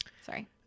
Sorry